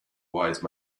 wise